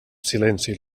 silenci